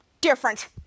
different